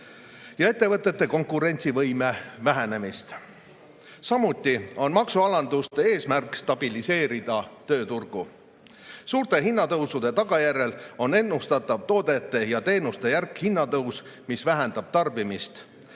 ja ettevõtete konkurentsivõime vähenemist. Samuti on maksualanduste eesmärk stabiliseerida tööturgu. Suurte hinnatõusude tagajärjel on ennustatav toodete ja teenuste järsk hinnatõus, mis vähendab tarbimist.